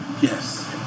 Yes